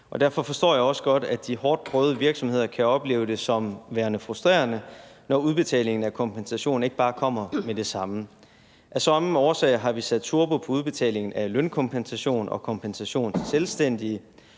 Derfor forstår jeg også godt, at de hårdtprøvede virksomheder kan opleve det som værende frustrerende, når udbetaling af kompensation ikke bare kommer med det samme. Af samme årsag har vi sat turbo på udbetaling af lønkompensation og kompensation til selvstændige.